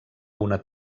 una